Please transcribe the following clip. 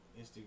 Instagram